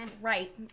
Right